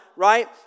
Right